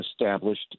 established